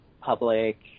public